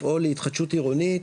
לפעול להתחדשות עירונית,